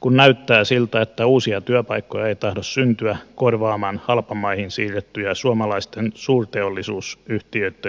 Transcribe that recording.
kun näyttää siltä että uusia työpaikkoja ei tahdo syntyä korvaamaan halpamaihin siirrettyjä suomalaisten suurteollisuusyhtiöitten työpaikkoja